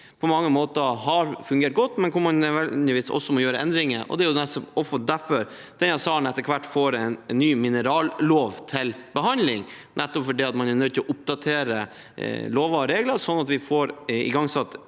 på mange måter har fungert godt, men hvor man nødvendigvis også må gjøre endringer. Det er også derfor denne salen etter hvert får en ny minerallov til behandling – nettopp fordi man er nødt til å oppdatere lover og regler, sånn at vi får igangsatt